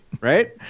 right